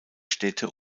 städte